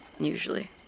Usually